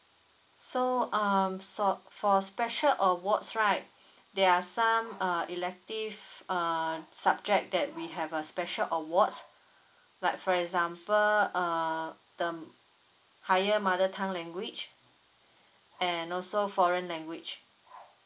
so um so uh for special awards right there are some uh elective uh subject that we have a special awards like for example uh the um higher mother tongue language and also foreign language